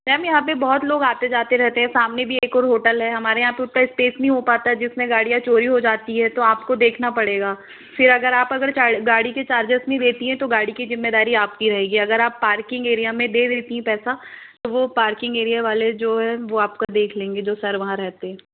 ma'am यहाँ पे बहुत लोग आते जाते रहते हैं सामने भी एक और होटल है हमारे यहाँ पे उतना स्पेस नहीं हो पाता जिसमें गाड़ियाँ चोरी हो जाती है तो आपको देखना पड़ेगा फिर अगर आप अगर गाड़ी के चार्जेस नहीं देती हैं तो गाड़ी की जिम्मेदारी आपकी रहेगी अगर आप पार्किंग एरिया में दे देती है पैसा तो वो पार्किंग एरिया वाले जो हैं वो आपका देख लेंगे जो सर वहाँ रहते हैं